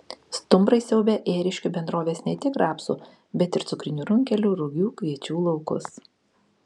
stumbrai siaubia ėriškių bendrovės ne tik rapsų bet ir cukrinių runkelių rugių kviečių laukus